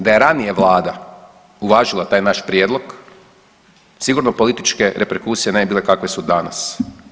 Da je ranije vlada uvažila taj naš prijedlog sigurno političke reperkusije ne bi bile kakve su danas.